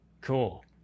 Cool